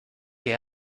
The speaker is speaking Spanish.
que